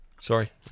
Sorry